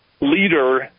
leader